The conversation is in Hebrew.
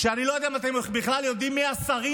אני לא יודע אם אתם בכלל יודעים מי השרים